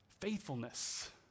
Faithfulness